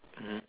mmhmm